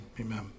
Amen